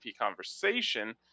conversation